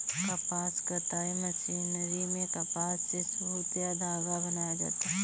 कपास कताई मशीनरी में कपास से सुत या धागा बनाया जाता है